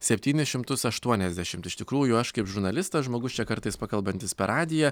septynis šimtus aštuoniasdešimt iš tikrųjų aš kaip žurnalistas žmogus čia kartais pakalbantis per radiją